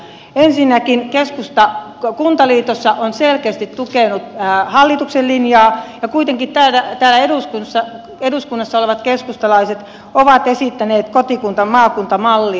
ensinnäkin keskusta kuntaliitossa on selkeästi tukenut hallituksen linjaa ja kuitenkin täällä eduskunnassa olevat keskustalaiset ovat esittäneet kotikuntamaakunta mallia